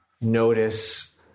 Notice